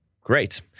Great